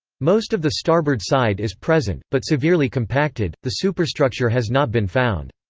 most of the starboard side is present, but severely compacted the superstructure has not been found.